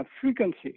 frequency